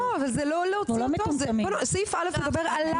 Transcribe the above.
לא, אבל זה לא להוצאתו, סעיף א' מדבר עליו.